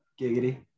giggity